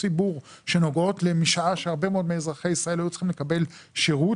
ציבור שנוגעות ל הרבה מאוד מאזרחי ישראל היו צריכים לקבל שירות